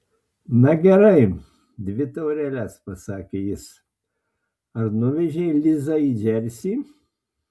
na gerai dvi taureles pasakė jis ar nuvežei lizą į džersį